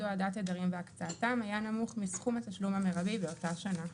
הורדת תדרים והקצאתם היה נמוך מסכום התשלום המרבי באותה שנה.